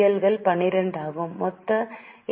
L கள் 12 ஆகும் மொத்த என்